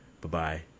bye-bye